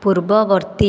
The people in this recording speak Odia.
ପୂର୍ବବର୍ତ୍ତୀ